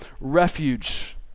refuge